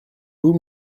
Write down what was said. vous